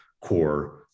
core